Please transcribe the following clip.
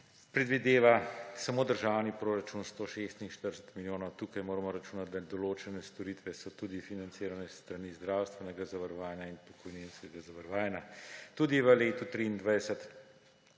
predvideva 146 milijonov. Tukaj moramo računati, da določene storitve so tudi financirane s strani zdravstvenega zavarovanja in pokojninskega zavarovanja. Tudi v letu 2023